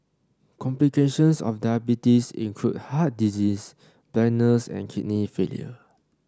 complications of diabetes include heart disease blindness and kidney failure